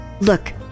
Look